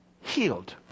healed